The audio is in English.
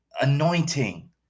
anointing